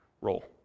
role